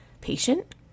patient